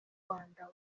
rwanda